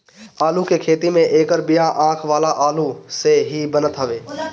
आलू के खेती में एकर बिया आँख वाला आलू से ही बनत हवे